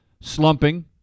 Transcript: slumping